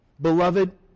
Beloved